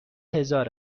هزار